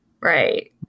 Right